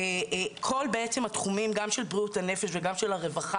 וכל התחומים גם של בריאות הנפש וגם של הרווחה